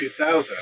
2000